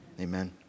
Amen